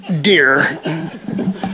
dear